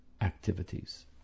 activities